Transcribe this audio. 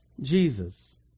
Jesus